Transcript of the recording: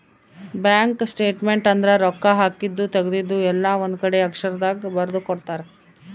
bank statement ಅಂದ್ರ ರೊಕ್ಕ ಹಾಕಿದ್ದು ತೆಗ್ದಿದ್ದು ಎಲ್ಲ ಒಂದ್ ಕಡೆ ಅಕ್ಷರ ದಾಗ ಬರ್ದು ಕೊಡ್ತಾರ